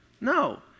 No